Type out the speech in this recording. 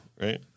Right